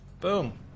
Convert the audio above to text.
Boom